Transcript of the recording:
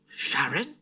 Sharon